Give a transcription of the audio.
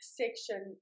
section